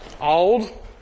old